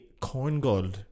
Corngold